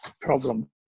problem